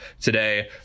today